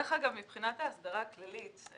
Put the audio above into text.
מבחינת ההסדרה הכללית,